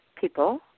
people